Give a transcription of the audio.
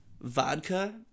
Vodka